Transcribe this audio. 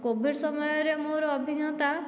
ଆଉ କୋଭିଡ଼ ସମୟରେ ମୋର ଅଭିଜ୍ଞତା